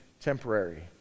temporary